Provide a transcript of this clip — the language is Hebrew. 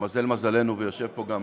שהתמזל מזלנו ויושב פה גם